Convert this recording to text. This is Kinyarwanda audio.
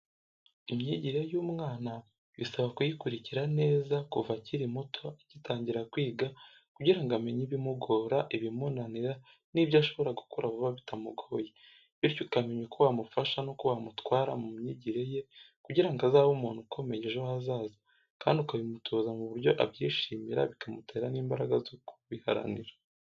Imyigire y'umwana bisaba kuyikurikirana neza kuva akiri muto agitangira kwiga kugira ngo umenye ibimugora, ibimunanira n'ibyo ashobora gukora vuba bitamugoye, bityo ukamenya uko wamufasha nuko wamutwara mu myigire ye kugira ngo azabe umuntu ukomeye ejo hazaza, kandi ukabimutoza mu buryo abyishimira bikamutera n'imbaraga zo kubiharanira.